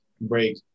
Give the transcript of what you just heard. break